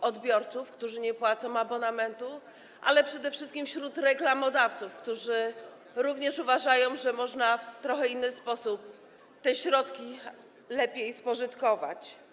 odbiorców, którzy nie płacą abonamentu, ale przede wszystkim reklamodawców, którzy również uważają, że można w trochę inny sposób, lepiej te środki spożytkować.